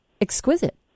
exquisite